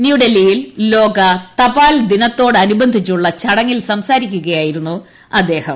ന്യൂഡൽഹിയിൽ ലോക ഇന്ത്യ തപാൽദിനത്തോടനുബന്ധിച്ചുള്ള ചടങ്ങിൽ സംസാരിക്കുകയായിരുന്നു അദ്ദേഹം